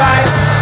Rights